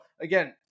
again